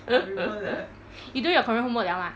you do your korean homework liao mah